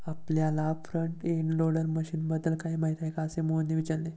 आपल्याला front end loader मशीनबद्दल काही माहिती आहे का, असे मोहनने विचारले?